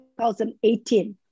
2018